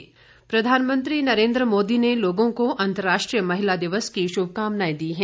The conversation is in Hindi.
प्रधानमंत्री प्रधानमंत्री नरेन्द्र मोदी ने लोगों को अंतर्राष्ट्रीय महिला दिवस की शुभकामनाएं दी हैं